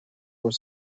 were